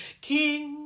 king